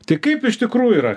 tai kaip iš tikrųjų yra